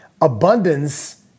abundance